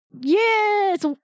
Yes